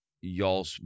y'all